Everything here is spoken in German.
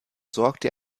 sorgte